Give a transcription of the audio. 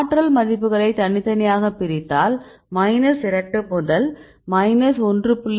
ஆற்றல் மதிப்புகளை தனிதனியாக பிரித்தால் மைனஸ் 2 முதல் மைனஸ் 1